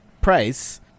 price